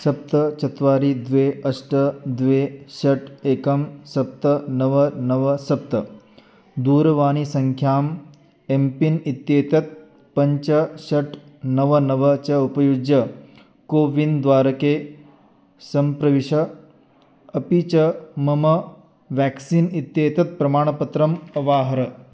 सप्त चत्वारि द्वे अष्ट द्वे षट् एकं सप्त नव नव सप्त दूरवाणीसङ्ख्याम् एम् पिन् इत्येतत् पञ्च षट् नव नव च उपयुज्य कोविन् द्वारके सम्प्रविश अपि च मम व्याक्सीन् इत्येतत् प्रमाणपत्रम् अवाहर